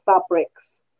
fabrics